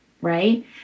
right